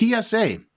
PSA